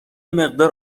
مقدار